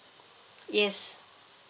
yes